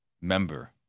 member